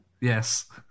Yes